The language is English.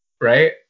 Right